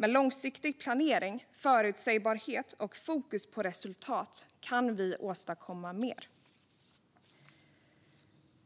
Med långsiktig planering, förutsägbarhet och fokus på resultat kan vi åstadkomma mer.